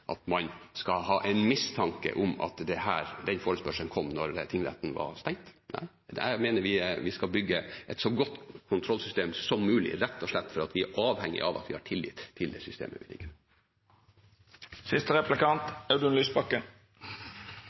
at man skal ha en mistanke om at den forespørselen kom da tingretten var stengt. Jeg mener vi skal bygge et så godt kontrollsystem som mulig, rett og slett fordi vi er avhengige av at vi har tillit til det systemet vi